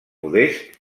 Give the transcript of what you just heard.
modest